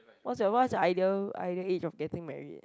what's your what's your ideal ideal age of getting married